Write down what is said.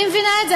אני מבינה את זה.